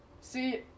See